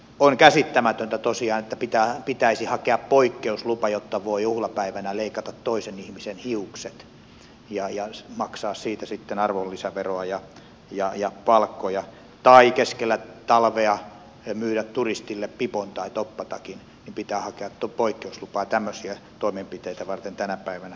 on tosiaan käsittämätöntä että pitäisi hakea poikkeuslupaa jotta voi juhlapäivänä leikata toisen ihmisen hiukset ja maksaa siitä sitten arvonlisäveroa ja palkkoja tai jotta voi keskellä talvea myydä turistille pipon tai toppatakin että pitää hakea poikkeuslupaa tämmöisiä toimenpiteitä varten tänä päivänä